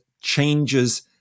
changes